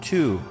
Two